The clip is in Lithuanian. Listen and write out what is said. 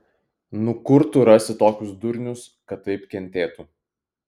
nu kur tu rasi tokius durnius kad taip kentėtų